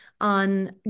on